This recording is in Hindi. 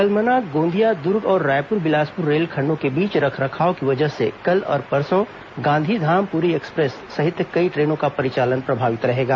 कलमना गोंदिया दुर्ग और रायपुर बिलासपुर रेलखंडों के बीच रखरखाव की वजह से कल और परसों गांधीधाम पुरी एक्सप्रेस सहित कई ट्रेनों का परिचालन प्रभावित रहेगा